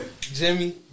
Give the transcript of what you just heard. Jimmy